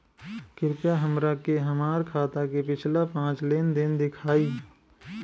कृपया हमरा के हमार खाता के पिछला पांच लेनदेन देखाईं